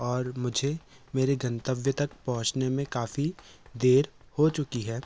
और मुझे मेरे गंतव्य तक पहुँचने में काफ़ी देर हो चुकी है